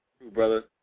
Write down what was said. brother